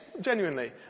Genuinely